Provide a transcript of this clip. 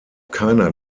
keiner